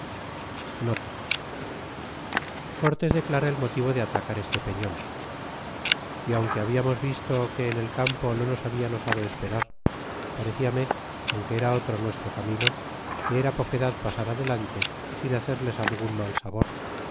declara el motivo de atacar este perion y aunque ha biamos visto que en el campo no nos hablan osado esperar aunque era otro nuestro camino que era poquedad pasar adelante sin hacerles algun mal sabor